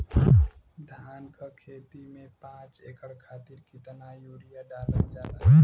धान क खेती में पांच एकड़ खातिर कितना यूरिया डालल जाला?